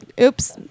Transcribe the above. oops